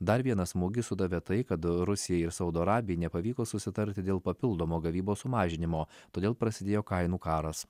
dar vieną smūgį sudavė tai kad rusijai ir saudo arabijai nepavyko susitarti dėl papildomo gavybos sumažinimo todėl prasidėjo kainų karas